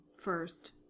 first